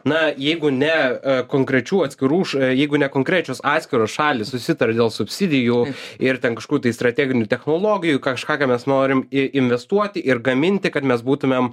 na jeigu ne konkrečių atskirų ša jeigu nekonkrečios atskiros šalys susitarė dėl subsidijų ir ten kažkur tai strateginių technologijų kažką ką mes norim i investuoti ir gaminti kad mes būtumėm